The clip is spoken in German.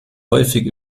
häufig